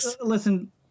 listen